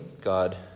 God